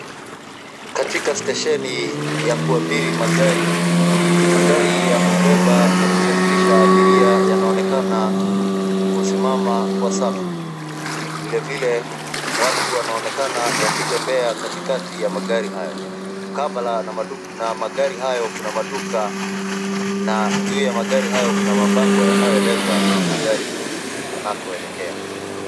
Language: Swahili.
Katika stesheni ya kuabiri magari, magari ya kubeba na kusafirisha abiria yanaonekana kusimama kwa safu. Vilevile watu wanaonekana wakitembea katikati ya magari hayo. Mkabala na magari hayo kuna maduka, na juu ya magari hayo kuna mabango yanayoeleza magari yanakoelekea.